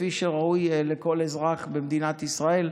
כפי שראוי לכל אזרח במדינת ישראל.